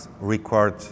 record